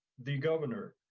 the governor,